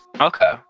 Okay